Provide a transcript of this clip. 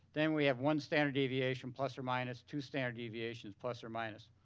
then we have one standard deviation plus or minus, two standard deviations plus or minus.